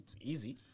easy